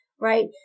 right